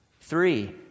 Three